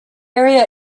area